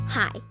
Hi